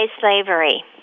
Slavery